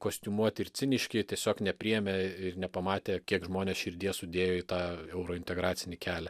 kostiumuoti ir ciniški tiesiog nepriėmė ir nepamatė kiek žmonės širdies sudėjo į tą eurointegracinį kelią